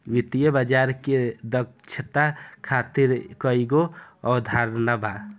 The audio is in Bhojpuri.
वित्तीय बाजार के दक्षता खातिर कईगो अवधारणा बा